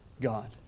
god